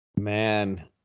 Man